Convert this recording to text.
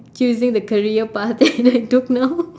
choosing the career path that I do now